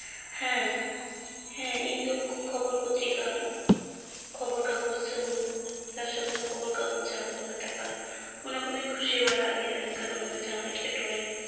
ᱦᱮᱸ ᱦᱮᱸ ᱤᱧᱫᱚ ᱠᱷᱚᱵᱚᱨ ᱯᱚᱛᱨᱤᱠᱟ ᱠᱷᱚᱵᱚᱨ ᱠᱟᱜᱚᱡᱽ ᱥᱟᱶ ᱥᱟᱨ ᱥᱟᱹᱜᱩᱱ ᱠᱷᱚᱵᱚᱨ ᱠᱟᱜᱚᱡᱽ ᱡᱟᱦᱟᱸ ᱫᱚᱠᱚ ᱢᱮᱛᱟᱜ ᱠᱟᱱ ᱚᱱᱟ ᱠᱚᱫᱚᱧ ᱠᱩᱥᱤ ᱵᱟᱲᱟᱣᱟᱜ ᱜᱮᱭᱟ ᱮᱱᱠᱷᱟᱱ ᱚᱱᱟᱨᱮ ᱡᱟᱦᱟᱸ ᱮᱸᱴᱠᱮᱴᱚᱬᱮ